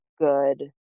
good